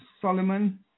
Solomon